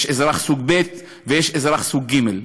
יש אזרח סוג ב' ויש אזרח סוג ג'.